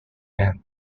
and